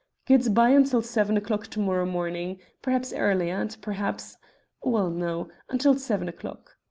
good-bye until seven o'clock to-morrow morning perhaps earlier, and perhaps well, no until seven o'clock!